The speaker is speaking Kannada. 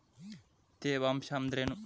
ತೇವಾಂಶ ಅಂದ್ರೇನು?